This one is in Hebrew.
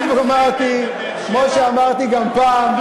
ושוב אמרתי, כמו שאמרתי גם פעם,